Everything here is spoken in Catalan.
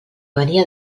venia